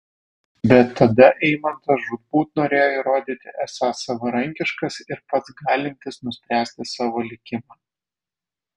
bet tada eimantas žūtbūt norėjo įrodyti esąs savarankiškas ir pats galintis nuspręsti savo likimą